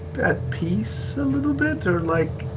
at peace a little bit, or like,